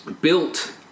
built